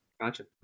Gotcha